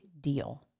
deal